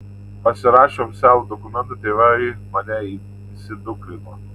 pasirašę oficialų dokumentą tėvai mane įsidukrino